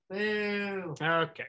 okay